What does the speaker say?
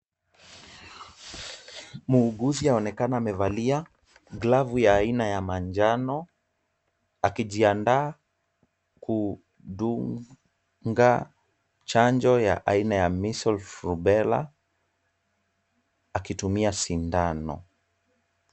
Muuguzi anaonekana amevalia glavu ya aina ya manjano, akijiandaa kudunga chanjo ya aina ya measles rubella akitumia sindano.